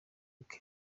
uko